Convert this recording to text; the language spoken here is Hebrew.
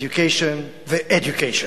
Education ו-Education.